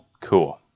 cool